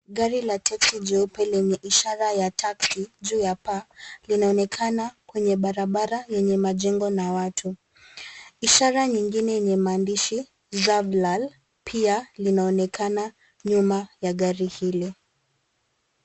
Gari la teksi jeupe lenye ishara ya taxi, juu ya paa, linaonekana kwenye barabara, yenye majengo na watu. Ishara nyingine yenye maandishi, zavlal, pia linaonekana nyuma ya gari hili.